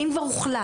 אם כבר הוחלט,